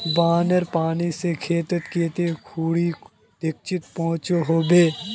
बानेर पानी से खेतीत कते खुरी क्षति पहुँचो होबे?